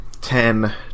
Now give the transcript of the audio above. ten